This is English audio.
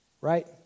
Right